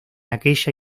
aquella